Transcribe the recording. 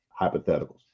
hypotheticals